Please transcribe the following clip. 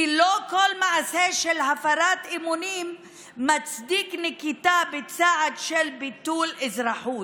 כי לא כל מעשה של הפרת אמונים מצדיק נקיטת צעד של ביטול אזרחות.